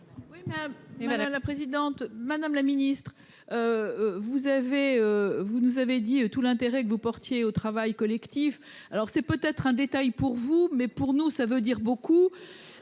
oui, madame la présidente, madame la ministre, vous avez, vous nous avez dit tout l'intérêt que vous portiez au travail collectif, alors c'est peut-être un détail pour vous mais pour nous ça veut dire beaucoup